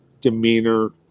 demeanor